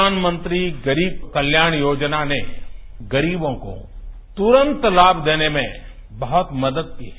प्रधानमंत्री गरीब कल्याण योजना ने गरीबों को तुरंत लाभ देने में बहुत मदद की है